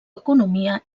economia